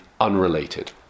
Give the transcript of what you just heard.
unrelated